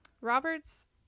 robert's